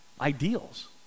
ideals